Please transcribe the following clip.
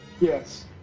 Yes